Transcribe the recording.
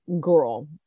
girl